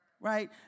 Right